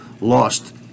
lost